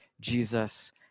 Jesus